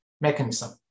mechanism